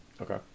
Okay